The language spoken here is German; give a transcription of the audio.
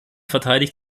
verteidigt